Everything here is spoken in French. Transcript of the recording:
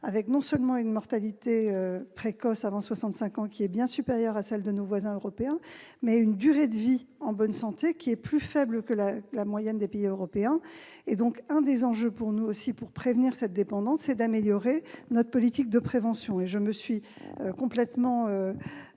avec non seulement une mortalité précoce avant 65 ans bien supérieure à celle que connaissent nos voisins européens, mais aussi une durée de vie en bonne santé qui est plus faible que la moyenne des pays européens. L'un des enjeux pour nous, afin de prévenir cette dépendance, est d'améliorer notre politique de prévention. Je me suis complètement